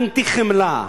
האנטי-חמלה.